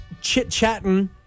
chit-chatting